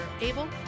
able